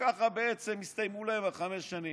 ככה למעשה הסתיימו חמש השנים.